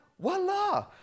Voila